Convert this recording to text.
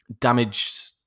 damaged